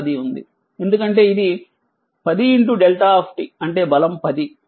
ఎందుకంటే ఇది 10 δ అంటే బలం 10